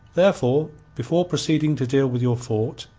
therefore before proceeding to deal with your fort,